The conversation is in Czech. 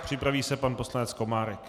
Připraví se pan poslanec Komárek.